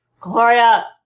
Gloria